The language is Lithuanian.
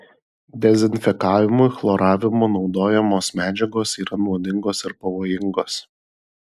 dezinfekavimui chloravimu naudojamos medžiagos yra nuodingos ir pavojingos